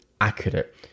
accurate